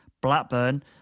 Blackburn